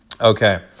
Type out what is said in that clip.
Okay